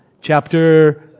Chapter